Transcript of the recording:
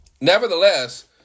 Nevertheless